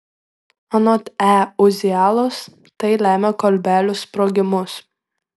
anot e uzialos tai lemia kolbelių sprogimus